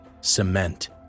Cement